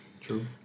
True